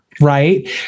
right